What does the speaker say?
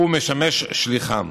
הוא משמש שליחם.